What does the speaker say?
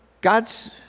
God's